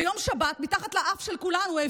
ביום שבת העבירו דלק מתחת לאף של כולנו.